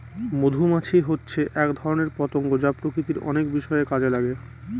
মধুমাছি হচ্ছে এক ধরনের পতঙ্গ যা প্রকৃতির অনেক বিষয়ে কাজে লাগে